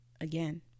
again